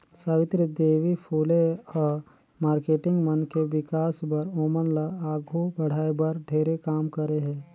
सावित्री देवी फूले ह मारकेटिंग मन के विकास बर, ओमन ल आघू बढ़ाये बर ढेरे काम करे हे